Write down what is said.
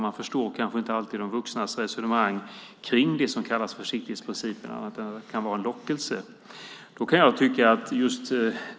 Man förstår kanske inte alltid de vuxnas resonemang kring det som kallas försiktighetsprincipen. Det kan vara en lockelse.